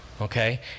Okay